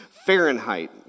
Fahrenheit